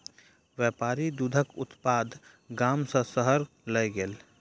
व्यापारी दूधक उत्पाद गाम सॅ शहर लय गेल